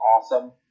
awesome